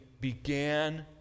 began